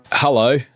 Hello